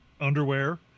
underwear